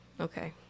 okay